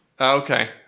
Okay